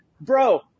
bro